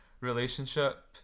relationship